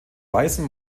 weißen